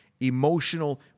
emotional